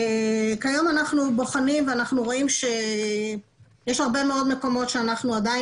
כיום אנחנו בוחנים ורואים שיש הרבה מאוד מקומות שאנחנו עדיין